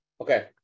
Okay